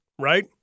right